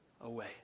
away